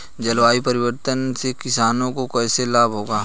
जलवायु परिवर्तन से किसानों को कैसे लाभ होगा?